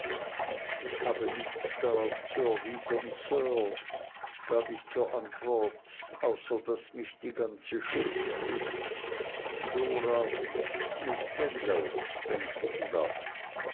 ich habe nichts darauf zu erwidern sir gab ich zur antwort außer daß mich die ganze schuld trifft dora miß spenlow wenn ich bitten darf